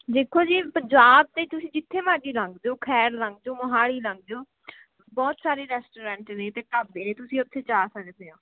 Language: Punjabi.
ਦੇਖੋ ਜੀ ਪੰਜਾਬ 'ਤੇ ਤੁਸੀਂ ਜਿੱਥੇ ਮਰਜ਼ੀ ਲੰਘ ਜਾਉ ਖਰੜ ਲੰਘ ਜਾਉ ਮੋਹਾਲੀ ਲੰਘ ਜਾਉ ਬਹੁਤ ਸਾਰੇ ਰੈਸਟੋਰੈਂਟ ਨੇ ਅਤੇ ਢਾਬੇ ਨੇ ਤੁਸੀਂ ਉੱਥੇ ਜਾ ਸਕਦੇ ਹੋ